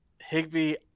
Higby